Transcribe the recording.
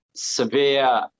severe